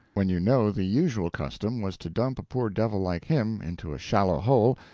when you know the usual custom was to dump a poor devil like him into a shallow hole,